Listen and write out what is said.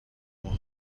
will